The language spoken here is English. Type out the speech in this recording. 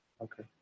Okay